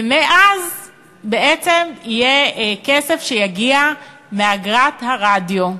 ומאז בעצם יהיה כסף שיגיע מאגרת הרדיו,